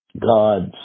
God's